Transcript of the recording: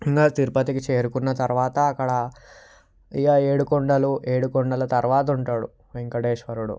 ఇంకా తిరుపతికి చేరుకున్న తరువాత అక్కడ ఇక ఏడుకొండలు ఏడుకొండల తరువాత ఉంటాడు వెంకటేశ్వరుడు